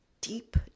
deep